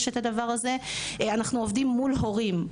אנחנו עובדים מול הורים,